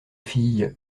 fille